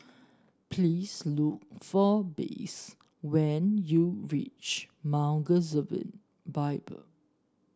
please look for Blaze when you reach Mount Gerizim Bible